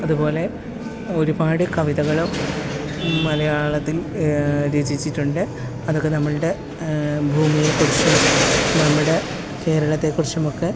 അതുപോലെ ഒരുപാട് കവിതകള് മലയാളത്തില് രചിച്ചിട്ടുണ്ട് അതൊക്കെ നമ്മുടെ ഭൂമിയെക്കുറിച്ചും നമ്മുടെ കേരളത്തെക്കുറിച്ചുമൊക്കെ